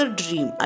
dream